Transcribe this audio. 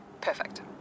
Perfect